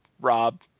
Rob